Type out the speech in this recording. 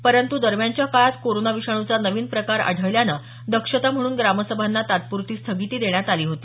परंतू दरम्यानच्या काळात कोरोना विषाण्चा नवीन प्रकार आढळल्यानं दक्षता म्हणून ग्रामसभांना तात्पुरती स्थगिती देण्यात आली होती